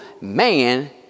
man